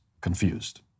confused